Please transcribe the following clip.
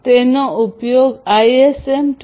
તેનો ઉપયોગ ISM 2